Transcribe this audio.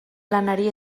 lanari